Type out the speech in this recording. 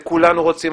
וכולנו רוצים.